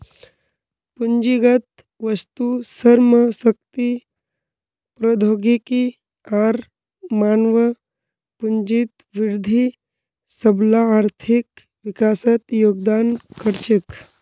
पूंजीगत वस्तु, श्रम शक्ति, प्रौद्योगिकी आर मानव पूंजीत वृद्धि सबला आर्थिक विकासत योगदान कर छेक